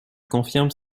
confirme